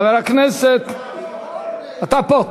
חבר הכנסת, נמצא.